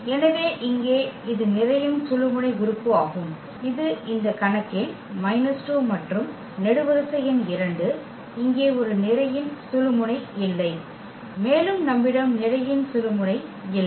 எனவே இங்கே இது நிரையின் சுழுமுனை உறுப்பு ஆகும் இது இந்த கணக்கில் மைனஸ் 2 மற்றும் நெடுவரிசை எண் இரண்டு இங்கே ஒரு நிரையின் சுழுமுனை இல்லை மேலும் நம்மிடம் நிரையின் சுழுமுனை இல்லை